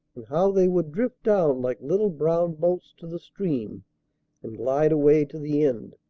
and how they would drift down like little brown boats to the stream and glide away to the end.